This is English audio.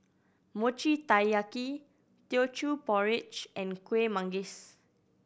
Mochi Taiyaki Teochew Porridge and Kuih Manggis